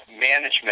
management